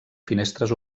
finestres